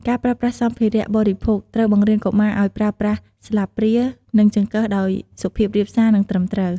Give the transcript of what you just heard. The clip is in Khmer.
ការប្រើប្រាស់សម្ភារៈបរិភោគ: ត្រូវបង្រៀនកុមារឲ្យប្រើប្រាស់ស្លាបព្រា និងចង្កឹះដោយសុភាពរាបសារ និងត្រឹមត្រូវ។